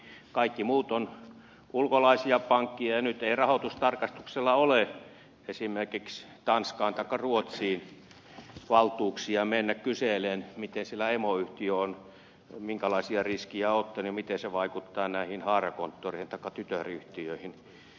kaikki muut ovat ulkolaisia pankkeja ja nyt ei rahoitustarkastuksella ole esimerkiksi tanskaan taikka ruotsiin valtuuksia mennä kyselemään minkälaisia riskejä siellä emoyhtiö on ottanut ja miten se vaikuttaa näihin haarakonttoreihin tai tytäryhtiöihin